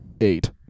eight